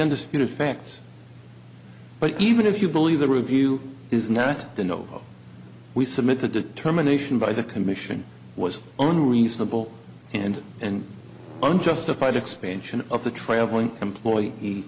undisputed facts but even if you believe the review is not the no vote we submit the determination by the commission was only reasonable and and unjustified expansion of the traveling employee